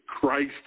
Christ